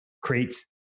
creates